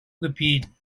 gebieten